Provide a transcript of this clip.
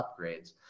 upgrades